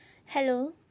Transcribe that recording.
hello